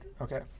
Okay